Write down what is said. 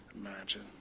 Imagine